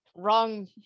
Wrong